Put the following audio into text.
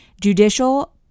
Judicial